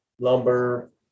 lumber